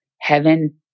heaven